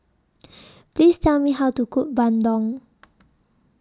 Please Tell Me How to Cook Bandung